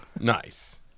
Nice